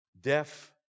Deaf